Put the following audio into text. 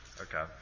Okay